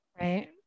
Right